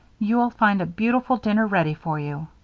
you'll find a beautiful dinner ready for you.